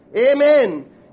Amen